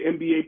NBA